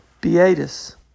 beatus